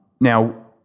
Now